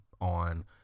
on